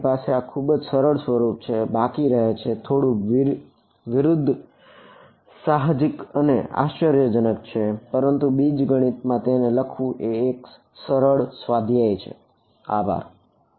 તમારી પાસે આ ખૂબ જ સરળ સ્વરૂપ બાકી છે તે થોડું વિરુદ્ધ સાહજિક અને આશ્ચર્યજનક છે પરંતુ બીજગણિતમાં તેને લખવું એ એક સરળ સ્વાધ્યાય છે